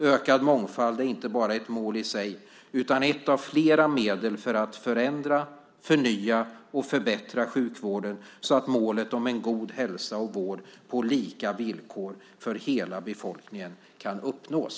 Ökad mångfald är inte bara ett mål i sig, utan ett av flera medel för att förändra, förnya och förbättra sjukvården så att målet om en god hälsa och vård på lika villkor för hela befolkningen kan uppnås.